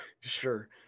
Sure